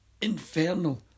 infernal